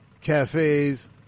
cafes